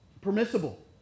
permissible